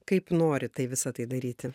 kaip nori tai visa tai daryti